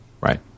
Right